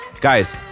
guys